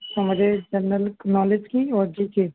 sir मुझे general knowledge की और जी के